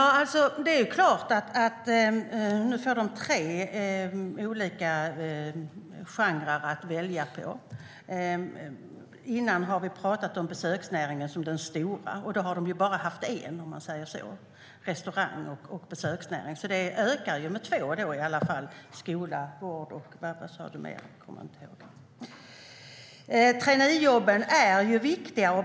STYLEREF Kantrubrik \* MERGEFORMAT NäringspolitikTraineejobben är viktiga.